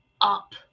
up